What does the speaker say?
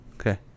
Okay